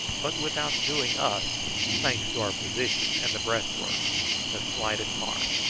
but without doing us thanks to our position and the breastwork the slightest harm.